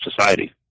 society